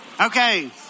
Okay